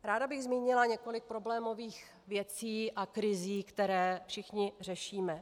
Ráda bych zmínila několik problémových věcí a krizí, které všichni řešíme.